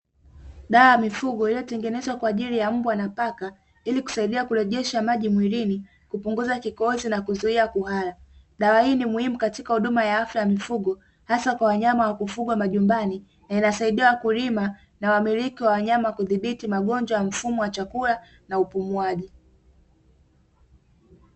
Dawa ya mifugo iliyotengenezwa kwaajili ya mbwa na paka ili kusaidia kurejesha maji mwilini, hupunguza kikohozi na kuzuia kuhara dawa hii ni muhimu katika huduma ya afya ya mifugo asa kwa wanyama wa kufugwa nyumbani na inasaidia wakulima na wamiliki wa wanyama kudhibiti magonjwa ya mfumo wa chakula na upumuaji.